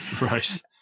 Right